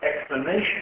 explanation